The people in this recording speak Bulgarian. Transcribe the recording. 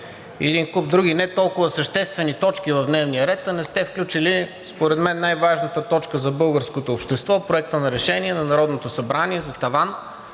един куп други не толкова съществени точки в дневния ред, а не сте включили според мен най-важната точка за българското общество – Проекта на решение на Народното събрание за таван